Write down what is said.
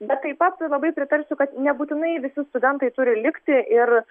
bet taip pat labai pritarsiu kad nebūtinai visi studentai turi likti ir